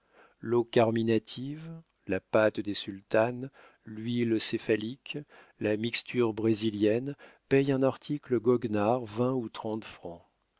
l'eau carminative la pâte des sultanes l'huile céphalique la mixture brésilienne payent un article goguenard vingt ou trente francs